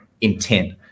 intent